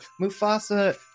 mufasa